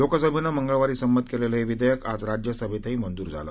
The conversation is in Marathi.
लोकसभेनं मंगळवारी संमत केलेलं हे विधेयक आज राज्यसभेतही मंजूर झालं